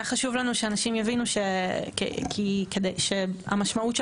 היה חשוב לנו שאנשים יבינו שהמשמעות של